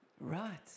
Right